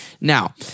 Now